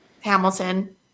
Hamilton